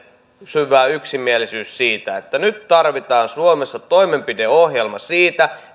syvä yksimielisyys siitä että nyt tarvitaan suomessa toimenpideohjelma siitä